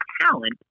talent